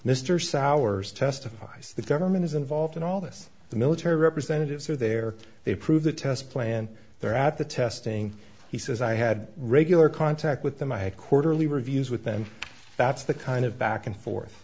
mr souers testifies the government is involved in all this the military representatives are there they approve the test plan there at the testing he says i had regular contact with them my quarterly reviews with them that's the kind of back and forth